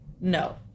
no